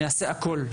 אני אעשה הכול,